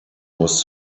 was